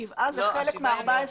השבעה הם חלק מה-14.